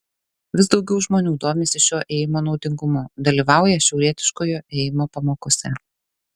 vis daugiau žmonių domisi šio ėjimo naudingumu dalyvauja šiaurietiškojo ėjimo pamokose